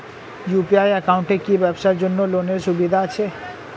UPI একাউন্টে কি ব্যবসার জন্য লোনের সুবিধা আছে?